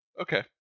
Okay